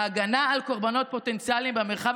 ההגנה על קורבנות פוטנציאליים במרחב